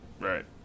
Right